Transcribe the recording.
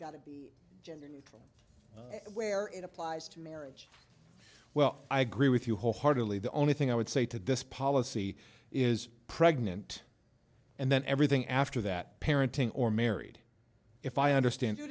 got to be gender neutral where it applies to marriage well i agree with you wholeheartedly the only thing i would say to this policy is pregnant and then everything after that parenting or married if i understand